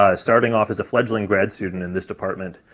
ah starting off as a fledgling grad student in this department.